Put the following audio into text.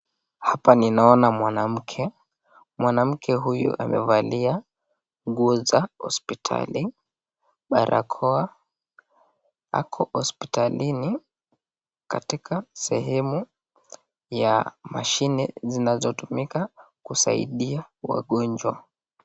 Hapa ninaona mwanamke. Mwanamke huyu amevalia nguo za hospitali barakoa ako hospitalini katika sehemu ya mashine zinazotumika kusaidia wagonjwa.